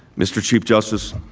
mr. chief justice,